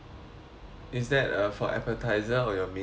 is that uh for appetiser or your main dish